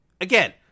again